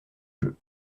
jeu